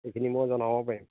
এইখিনি মই জনাব পাৰিম